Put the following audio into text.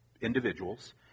individuals